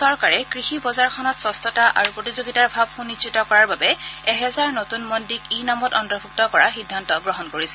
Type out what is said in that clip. চৰকাৰে কৃষি বজাৰখনত স্বছ্তা আৰু প্ৰতিযোগিতাৰ ভাৱ সুনিশ্চিত কৰাৰ বাবে এহেজাৰ নতুন মণ্ডিক ই নামত অন্তৰ্ভুক্ত কৰাৰ সিদ্ধান্ত গ্ৰহণ কৰিছে